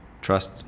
trust